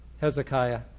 Hezekiah